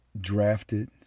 drafted